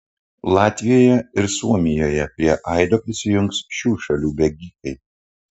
latvijoje ir suomijoje prie aido prisijungs šių šalių bėgikai